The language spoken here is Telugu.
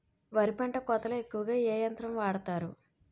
వరి పంట కోతలొ ఎక్కువ ఏ యంత్రం వాడతారు?